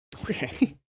Okay